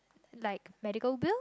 like medical bill